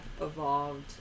evolved